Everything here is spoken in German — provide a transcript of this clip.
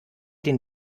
den